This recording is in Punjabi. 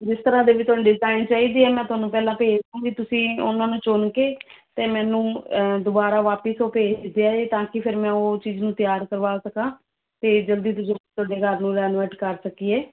ਜਿਸ ਤਰ੍ਹਾਂ ਦੇ ਵੀ ਤੁਹਾਨੂੰ ਡਿਜ਼ਾਈਨ ਚਾਹੀਦੇ ਹੈ ਮੈਂ ਤੁਹਾਨੂੰ ਪਹਿਲਾਂ ਭੇਜ ਦੂੰਗੀ ਤੁਸੀਂ ਉਨ੍ਹਾਂ ਨੂੰ ਚੁਣ ਕੇ ਅਤੇ ਫਿਰ ਮੈਨੂੰ ਦੁਬਾਰਾ ਵਾਪਿਸ ਉਹ ਭੇਜ ਦਿਆ ਜੇ ਤਾਂ ਕਿ ਫਿਰ ਮੈਂ ਉਹ ਚੀਜ਼ ਨੂੰ ਤਿਆਰ ਕਰਵਾ ਸਕਾਂ ਅਤੇ ਜਲਦੀ ਤੋਂ ਜਲਦੀ ਤੁਹਾਡੇ ਘਰ ਨੂੰ ਰੈਨੋਵੇਟ ਕਰ ਸਕੀਏ